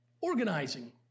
Organizing